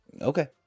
Okay